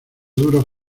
duros